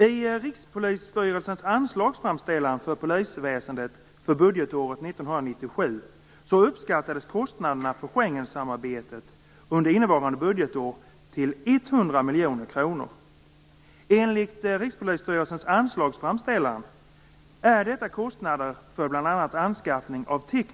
I Rikspolisstyrelsens anslagsframställan för polisväsendet för budgetåret 1997 uppskattades kostnaderna för Schengensamarbetet under innevarande budgetår till 100 miljoner kronor. Enligt Rikspolisstyrelsens anslagsframställan är detta kostnader för bl.a.